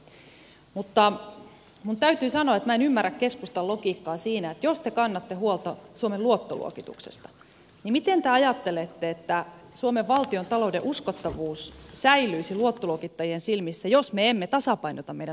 mutta minun täytyy sanoa että minä en ymmärrä keskustan logiikkaa siinä että jos te kannatte huolta suomen luottoluokituksesta niin miten te ajattelette että suomen valtiontalouden uskottavuus säilyisi luottoluokittajien silmissä jos me emme tasapainota meidän taloutta ollenkaan